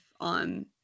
on